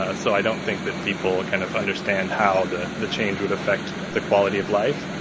ah so i don't think that people kind of understand how the the change would affect the quality of life,